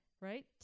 right